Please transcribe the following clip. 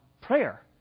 prayer